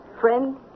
friend